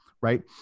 Right